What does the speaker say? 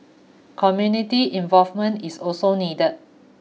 community involvement is also needed